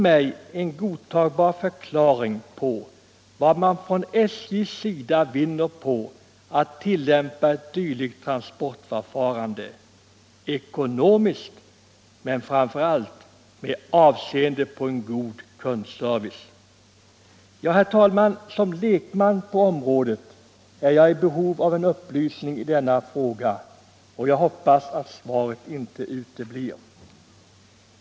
Vad vinner man från SJ:s sida på att ullämpa ett dylikt transportförfarande, ekonomiskt men framför allt med avseende på god kundservice? Ja, herr talman, som lekman på området är jag i behov av en upplysning i denna fråga. Jag hoppas att svaret och en godtagbar förklaring inte uteblir.